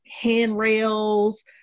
handrails